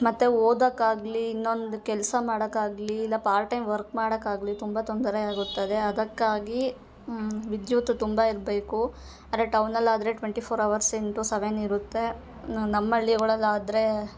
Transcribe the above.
ಮತ್ತು ಓದೋಕ್ಕಾಗಲಿ ಇನ್ನೊಂದು ಕೆಲಸ ಮಾಡೋಕ್ಕಾಗ್ಲಿ ಇಲ್ಲ ಪಾರ್ಟ್ ಟೈಮ್ ವರ್ಕ್ ಮಾಡೋಕ್ಕಾಗ್ಲಿ ತುಂಬ ತೊಂದರೆಯಾಗುತ್ತದೆ ಅದಕ್ಕಾಗಿ ವಿದ್ಯುತ್ ತುಂಬ ಇರಬೇಕು ಆದ್ರೆ ಟೌನಲ್ಲಾದರೆ twenty four hours into seven ಇರುತ್ತೆ ನಮ್ಮ ಹಳ್ಳಿ ಒಳಗಾದರೆ